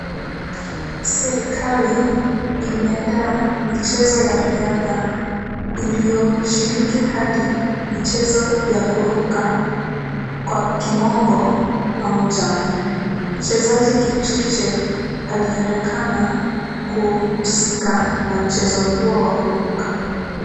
Serikali iliandaa michezo ya riadha iliyoshiriki hadi michezo ya kuruka, kwa kimombo long jump . Mchezaji Kipchirchir alionekana kuhusika na mchezo huo wa kuruka.